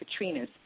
Katrinas